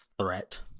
threat